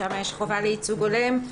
שם יש חובה לייצוג הולם,